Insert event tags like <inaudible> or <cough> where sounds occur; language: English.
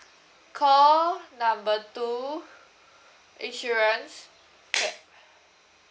call number two insurance clap <noise>